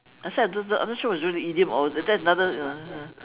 I said I don't know I am not sure was it really idiom or is that another ah